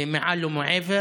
מעל ומעבר.